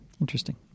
Interesting